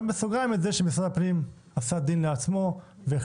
אני שם בסוגריים את זה שמשרד הפנים עשה דין לעצמו והחליט